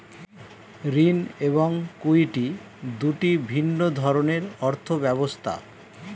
ঋণ এবং ইক্যুইটি দুটি ভিন্ন ধরনের অর্থ ব্যবস্থা